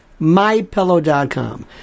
MyPillow.com